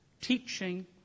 teaching